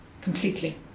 Completely